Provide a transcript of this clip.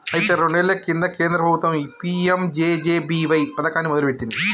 అయితే రెండేళ్ల కింద కేంద్ర ప్రభుత్వం పీ.ఎం.జే.జే.బి.వై పథకాన్ని మొదలుపెట్టింది